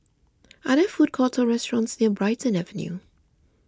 are there food courts or restaurants near Brighton Avenue